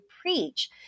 preach